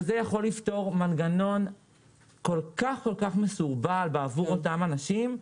זה יכול לפתור מנגנון כל כך מסורבל בעבור אותם אנשים,